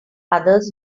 others